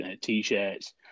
T-shirts